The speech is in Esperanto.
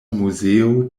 muzeo